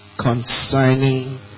Concerning